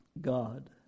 God